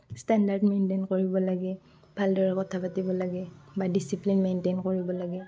standard maintain কৰিব লাগে ভালদৰে কথা পাতিব লাগে বা ডিচিপ্লিন মেইনটেইন কৰিব লাগে